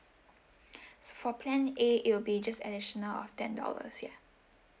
so for plan A it will be just additional of ten dollars ya